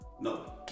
No